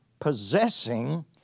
possessing